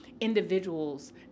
individuals